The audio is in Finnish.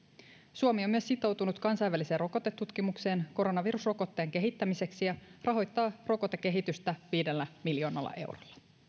suomi on myös sitoutunut kansainväliseen rokotetutkimukseen koronavirusrokotteen kehittämiseksi ja ja rahoittaa rokotekehitystä viidellä miljoonalla eurolla